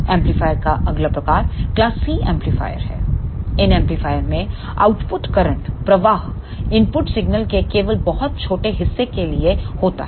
amplifier का अगला प्रकार क्लास C एम्पलीफायर है इन एम्पलीफायर में आउटपुट करंट प्रवाह इनपुट सिग्नल के केवल बहुत छोटे हिस्से के लिए होता है